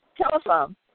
telephone